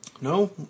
No